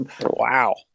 Wow